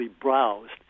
browsed